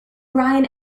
brian